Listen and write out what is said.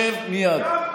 שב מייד.